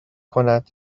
کند